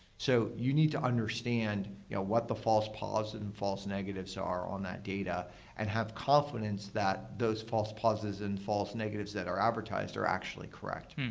so you need to understand you know what the false positive and false negatives are on that data and have confidence that those false positive and false negatives that are advertised are actually correct.